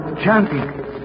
Chanting